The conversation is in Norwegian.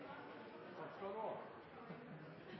statsråd